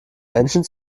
menschen